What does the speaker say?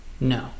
No